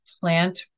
plant